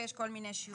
ויש כל מיני שיעורים.